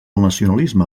nacionalisme